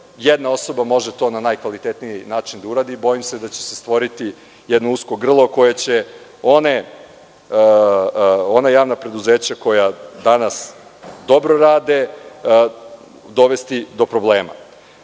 jedna osoba može to na najkvalitetniji način da uradi. Bojim se da će se stvoriti jedno usko grlo koje će ona javna preduzeća koja danas dobro rade dovesti do problema. Ima